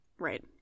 Right